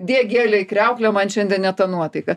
dėk gėlę į kriauklę man šiandien ne ta nuotaika